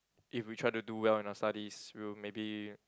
if we try to do well in our studies we'll maybe